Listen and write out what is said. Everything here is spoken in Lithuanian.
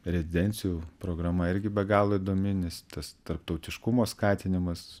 rezidencijų programa irgi be galo įdomi nes tas tarptautiškumo skatinimas